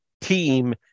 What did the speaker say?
team